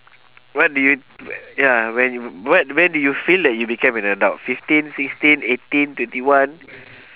what did you ya when what when did you feel like you became an adult fifteen sixteen eighteen twenty one